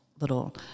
little